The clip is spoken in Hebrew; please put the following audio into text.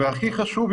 הכי חשוב,